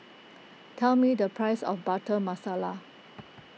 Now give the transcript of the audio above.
tell me the price of Butter Masala